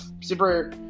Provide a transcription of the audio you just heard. super